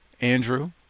Andrew